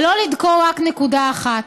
ולא לדקור רק נקודה אחת.